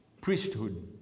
Priesthood